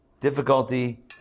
difficulty